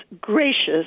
gracious